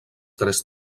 tres